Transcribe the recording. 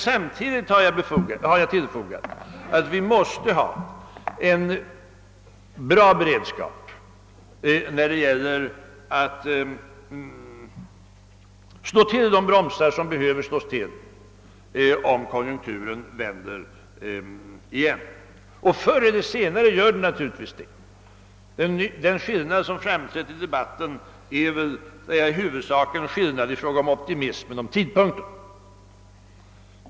Samtidigt har jag dock tillfogat att vi måste ha en bra beredskap för att kunna slå till de bromsar som behövs, om konjunkturen vänder. Förr eller senare gör den naturligtvis det. Den skillnad i uppfattning som framträder under debatten rör väl huvudsakligen olika grader av optimism i fråga om tidpunkten.